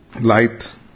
Light